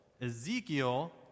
Ezekiel